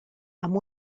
amb